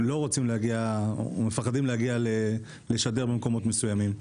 והם פוחדים להגיע לשדר במקומות מסוימים?